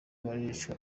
baricwa